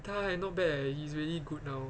他还 not bad leh he's really good now